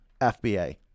FBA